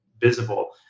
visible